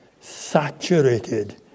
saturated